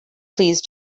pleads